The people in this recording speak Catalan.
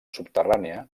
subterrània